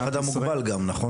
הן כוח אדם מוגבל גם, נכון?